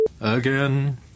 again